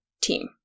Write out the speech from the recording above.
team